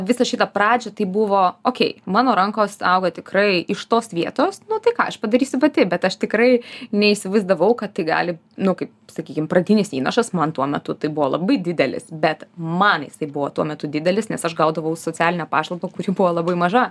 visą šitą pradžią tai buvo okei mano rankos auga tikrai iš tos vietos nu tai ką ką aš padarysiu pati bet aš tikrai neįsivaizdavau kad tai gali nu kaip sakykim pradinis įnašas man tuo metu tai buvo labai didelis bet man jis tai buvo tuo metu didelis nes aš gaudavau socialinę pašalpą kuri buvo labai maža